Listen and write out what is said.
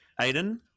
Aiden